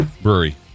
brewery